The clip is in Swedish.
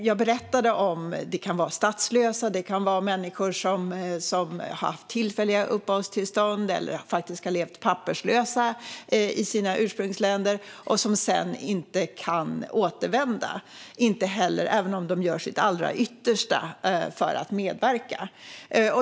Jag berättade om att det kan vara statslösa eller människor som har haft tillfälliga uppehållstillstånd eller har levt som papperslösa i sina ursprungsländer och sedan inte kan återvända även om de gör sitt allra yttersta för att medverka.